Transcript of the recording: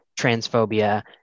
transphobia